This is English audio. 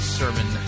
sermon